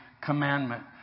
Commandment